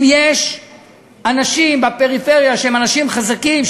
אם יש אנשים בפריפריה שהם אנשים חזקים,